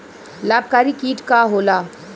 लाभकारी कीट का होला?